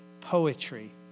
poetry